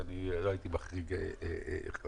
ואני לא הייתי מחריג חריגות.